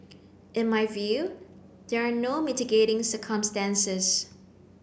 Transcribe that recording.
in my view there are no mitigating circumstances